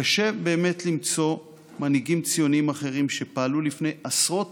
קשה באמת למצוא מנהיגים ציונים אחרים שפעלו לפני עשרות